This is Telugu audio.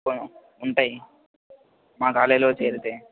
ఉంటాయి మా కాలేజీలో చేరితే